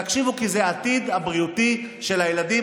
תקשיבו, זה העתיד הבריאותי של הילדים.